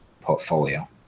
portfolio